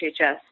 HHS